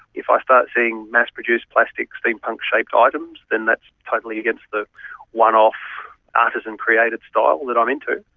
if i start seeing mass-produced, plastic steampunk-shaped items then that's totally against the one-off artisan-created style that i'm into.